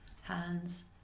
hands